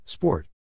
Sport